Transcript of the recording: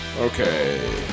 Okay